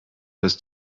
dass